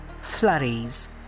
Flurries –